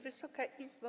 Wysoka Izbo!